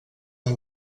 amb